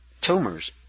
tumors